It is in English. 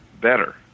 better